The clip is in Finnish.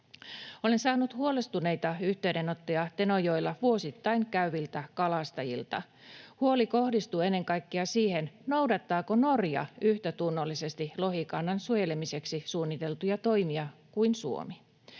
Olen saanut huolestuneita yhteydenottoja Tenojoella vuosittain käyviltä kalastajilta. Huoli kohdistuu ennen kaikkea siihen, noudattaako Norja lohikannan suojelemiseksi suunniteltuja toimia yhtä